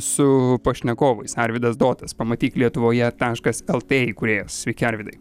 su pašnekovais arvydas dotas pamatyk lietuvoje taškas lt įkūrėjas sveiki arvydai